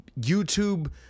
YouTube